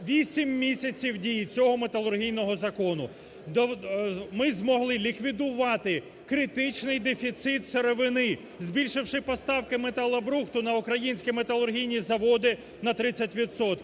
8 місяців дії цього металургійного закону ми змогли ліквідувати критичний дефіцит сировини, збільшивши поставки металобрухту на українські металургійні заводи на 30